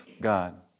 God